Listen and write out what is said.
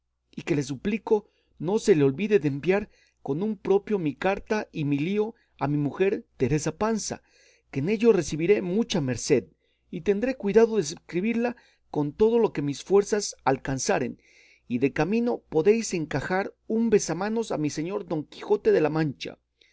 y que le suplico no se le olvide de enviar con un propio mi carta y mi lío a mi mujer teresa panza que en ello recibiré mucha merced y tendré cuidado de servirla con todo lo que mis fuerzas alcanzaren y de camino podéis encajar un besamanos a mi señor don quijote de la mancha